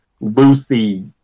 Lucy